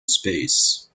space